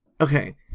Okay